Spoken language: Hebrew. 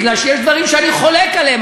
מפני שיש דברים שאני חולק עליהם,